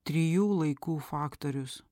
trijų laikų faktorius